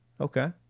okay